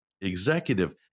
executive